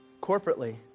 corporately